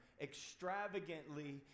extravagantly